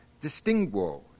Distinguo